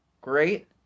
great